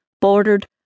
bordered